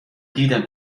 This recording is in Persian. دیدم